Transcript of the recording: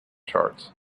charts